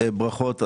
ברכות,